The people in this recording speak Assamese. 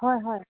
হয় হয়